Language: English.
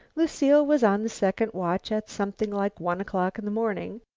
lucile was on the second watch at something like one o'clock in the morning,